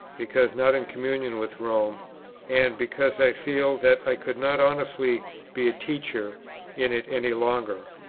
because not in communion with rome and because i feel that i could not honestly be a teacher in it any longer.